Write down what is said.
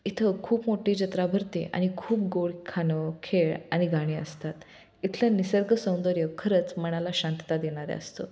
इथं खूप मोठी जत्रा भरते आनि खूप गोड खाानं खेळ आणि गाणी असतात इथलं निसर्ग सौंदर्य खरंच मनाला शांतता देणारं असतो